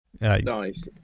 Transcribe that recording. Nice